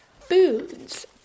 foods